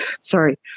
Sorry